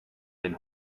den